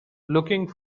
looking